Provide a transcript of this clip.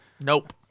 Nope